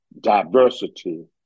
diversity